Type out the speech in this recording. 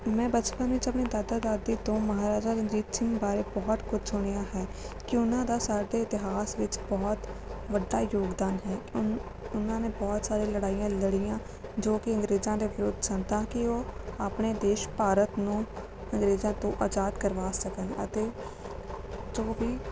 ਮੈਂ ਬਚਪਨ ਵਿਚ ਆਪਣੇ ਦਾਦਾ ਦਾਦੀ ਤੋਂ ਮਹਾਰਾਜਾ ਰਣਜੀਤ ਸਿੰਘ ਬਾਰੇ ਬਹੁਤ ਕੁਛ ਸੁਣਿਆ ਹੈ ਕਿ ਉਹਨਾਂ ਦਾ ਸਾਡੇ ਇਤਿਹਾਸ ਵਿੱਚ ਬਹੁਤ ਵੱਡਾ ਯੋਗਦਾਨ ਹੈ ਉਹ ਉਹਨਾਂ ਨੇ ਬਹੁਤ ਸਾਰੇ ਲੜਾਈਆਂ ਲੜੀਆਂ ਜੋ ਕਿ ਅੰਗਰੇਜ਼ਾਂ ਦੇ ਵਿਰੁੱਧ ਸਨ ਤਾਂ ਕਿ ਉਹ ਆਪਣੇ ਦੇਸ਼ ਭਾਰਤ ਨੂੰ ਅੰਗਰੇਜ਼ਾਂ ਤੋਂ ਆਜ਼ਾਦ ਕਰਵਾ ਸਕਣ ਅਤੇ ਜੋ ਵੀ